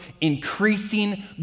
increasing